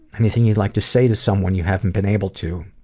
anything you'd like to say to someone you haven't been able to?